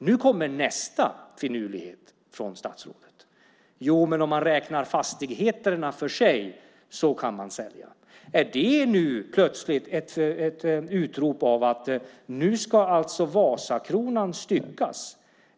Nu kommer nästa finurlighet från statsrådet: Om man räknar fastigheterna för sig så kan man sälja. Är det nu plötsligt så att Vasakronan alltså ska styckas?